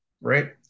right